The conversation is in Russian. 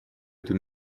эту